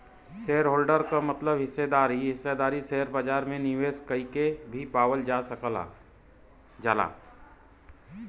shareholder क मतलब हिस्सेदार इ हिस्सेदारी शेयर बाजार में निवेश कइके भी पावल जा सकल जाला